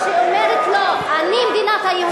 שאומרת לו, אני מדינת היהודים?